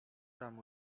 tam